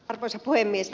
arvoisa puhemies